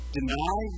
Deny